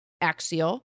axial